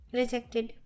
rejected